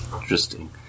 interesting